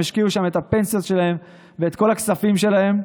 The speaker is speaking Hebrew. השקיעו שם את הפנסיות שלהם ואת כל הכספים שלהם,